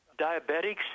diabetics